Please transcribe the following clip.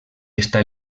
està